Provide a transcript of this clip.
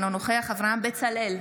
אינו נוכח אברהם בצלאל,